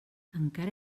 encara